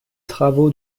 travaux